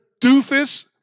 doofus